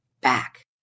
back